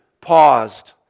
paused